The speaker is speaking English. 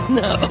no